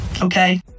okay